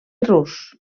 rus